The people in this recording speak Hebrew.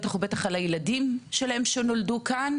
בטח ובטח על הילדים שלהם שנולדו כאן.